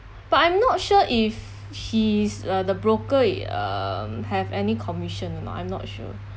but I'm not sure if he's uh the broker um have any commission or not I'm not sure